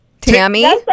Tammy